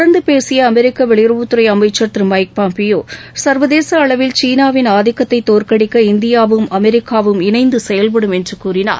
தொடர்ந்து பேசிய அமெரிக்க வெளியுறவுத்துறை அமைச்சர் திரு மைக் பாம்பியோ சர்வதேச அளவில் சீனாவின் அதிக்கத்தை தோற்கடிக்க இந்தியாவும் அமெரிக்காவும் இணைந்து செயல்படும் என்று கூறினார்